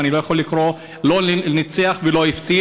ואני לא יכול לקרוא לזה לא "ניצח" ולא "הפסיד",